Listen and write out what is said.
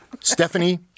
Stephanie